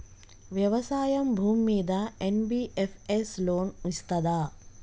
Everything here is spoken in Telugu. వ్యవసాయం భూమ్మీద ఎన్.బి.ఎఫ్.ఎస్ లోన్ ఇస్తదా?